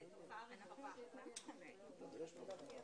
כל הכבוד